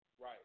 right